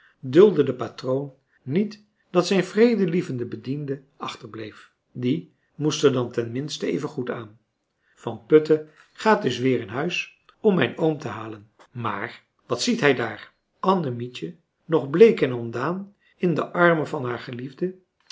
duldde de patroon niet dat zijn vredelievende bediende achterbleef die moest er dan ten minste evengoed aan van putten gaat dus weer in huis om mijn oom te halen maar wat ziet hij daar annemietje nog bleek en ontdaan in de armen van haar geliefde